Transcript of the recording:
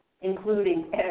including